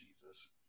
Jesus